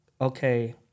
okay